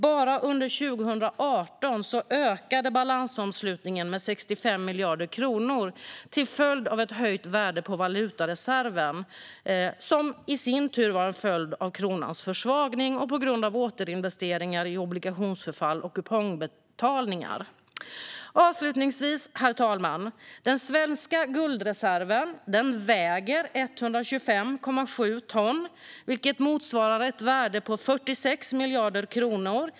Bara under 2018 ökade balansomslutningen med 65 miljarder kronor till följd av ett höjt värde på valutareserven, som i sin tur var en följd av kronans försvagning och av återinvesteringar av obligationsförfall och kupongbetalningar. Avslutningsvis, herr talman: Den svenska guldreserven väger 125,7 ton, vilket motsvarar ett värde på 46 miljarder kronor.